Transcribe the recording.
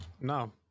No